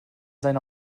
seine